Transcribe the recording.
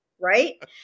right